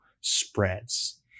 spreads